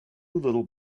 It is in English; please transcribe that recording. little